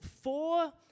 four